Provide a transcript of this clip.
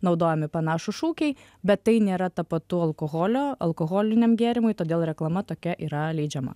naudojami panašūs šūkiai bet tai nėra tapatu alkoholio alkoholiniam gėrimui todėl reklama tokia yra leidžiama